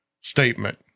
statement